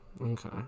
okay